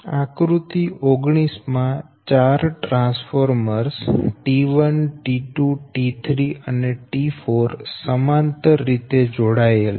આકૃતિ 19 માં ચાર ટ્રાન્સફોર્મર્સ T1 T2 T3 અને T4 સમાંતર રીતે જોડાયેલ છે